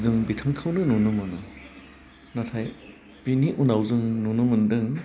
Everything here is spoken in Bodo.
जों बिथांखौनो नुनो मोनो नाथाय बिनि उनाव जों नुनो मोन्दों